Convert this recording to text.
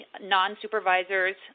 non-supervisors